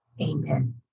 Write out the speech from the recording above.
Amen